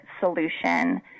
solution